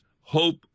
hope